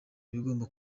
ibigomba